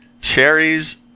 cherries